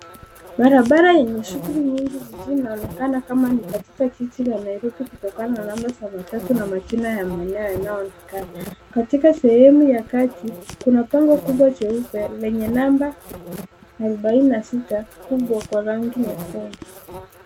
Barabara yenye shughuli nyingi jijini. Inaonekana kama ni katika jiji la Nairobi kutoka na namba za matatu na majina ya maeneo yanayoonekana. Katika sehemu ya kati kuna bango kubwa jeupe lenye namba arobaini na sita kubwa kwa rangi nyekundu.